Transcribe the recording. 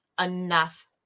enough